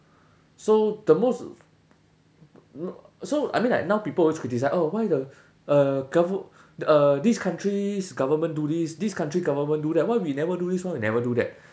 so the most so I mean like now people always criticise oh why the uh gov~ uh this country's government do this this country government do that why we never do this why we never do that